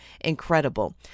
incredible